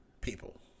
people